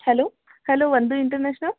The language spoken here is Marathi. हॅलो हॅलो वंदू इंटरनॅशनल